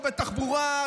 לא בתחבורה,